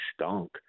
stunk